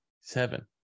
Seven